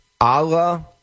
Allah